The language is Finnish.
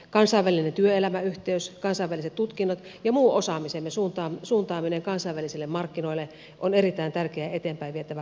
kansainvälinen työelämäyhteys kansainväliset tutkinnot ja muu osaamisemme suuntaaminen kansainvälisille markkinoille on erittäin tärkeä eteenpäin vietävä koulutuspoliittinen asia